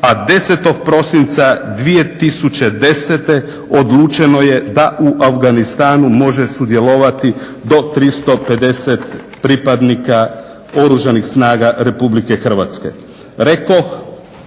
a 10.prosinca 2010.odlučeno je da u Afganistanu može sudjelovati do 350 pripadnika Oružanih snaga RH. Rekoh,